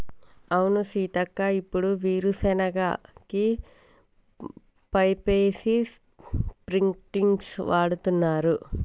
అవును సీతక్క ఇప్పుడు వీరు సెనగ కి పైపేసి స్ప్రింకిల్స్ వాడుతున్నారు